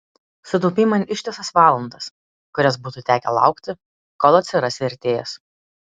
sutaupei man ištisas valandas kurias būtų tekę laukti kol atsiras vertėjas